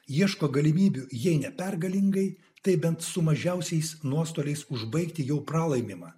ieško galimybių jei ne pergalingai tai bent su mažiausiais nuostoliais užbaigti jau pralaimimą